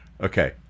Okay